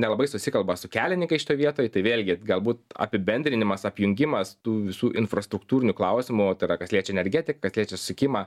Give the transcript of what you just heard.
nelabai susikalba su kelinikais šitoj vietoj tai vėlgi galbūt apibendrinimas apjungimas tų visų infrastruktūrinių klausimų o tai ra kas liečia energetik kas liečia susisikimą